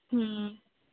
ਹਮ